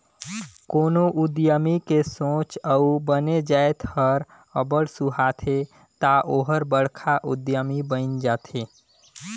कोनो उद्यमी के सोंच अउ बने जाएत हर अब्बड़ सुहाथे ता ओहर बड़खा उद्यमी बइन जाथे